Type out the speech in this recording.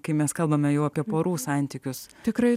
kai mes kalbame jau apie porų santykius tikrai